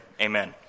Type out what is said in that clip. Amen